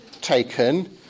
taken